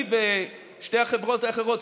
היא ושתי החברות האחרות,